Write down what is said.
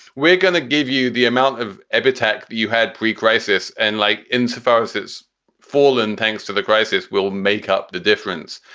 we're going to give you the amount of ebbie tack you had precrisis. and like insofar as he's fallen, thanks to the crisis, we'll make up the difference.